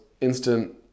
instant